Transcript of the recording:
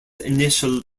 initial